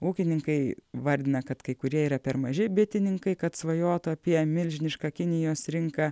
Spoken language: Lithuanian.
ūkininkai vardina kad kai kurie yra per maži bitininkai kad svajotų apie milžinišką kinijos rinką